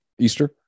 Easter